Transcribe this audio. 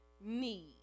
need